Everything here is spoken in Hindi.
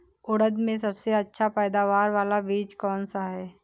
उड़द में सबसे अच्छा पैदावार वाला बीज कौन सा है?